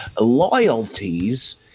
loyalties